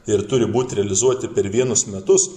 ir turi būt realizuoti per vienus metus